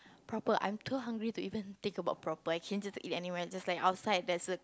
proper I'm too hungry to even think about proper I can just eat anywhere just like outside there's a